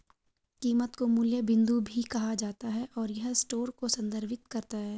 कीमत को मूल्य बिंदु भी कहा जाता है, और यह स्टोर को संदर्भित करता है